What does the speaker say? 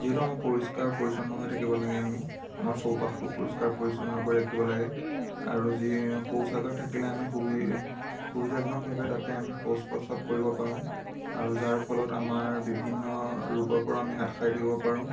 যিহেতু আমাৰ পৰিষ্কাৰ পৰিচ্ছন্ন হৈ থাকিব লাগে আমি আমাৰ চৌপাশটো পৰিষ্কাৰ পৰিচ্ছন্নকৈ ৰাখিব লাগে আৰু যি শৌচাগাৰ থাকিলে আমি সুবিধাজনক ভাৱে তাতে আমি শৌচ প্ৰস্ৰাব কৰিব পাৰোঁ আৰু যাৰ ফলত আমাৰ বিভিন্ন ৰোগৰ পৰা আমি হাত সাৰি থাকিব পাৰোঁ